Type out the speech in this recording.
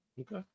Okay